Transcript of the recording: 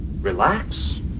relax